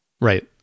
Right